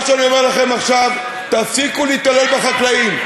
מה שאני אומר לכם עכשיו: תפסיקו להתעלל בחקלאים.